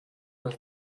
das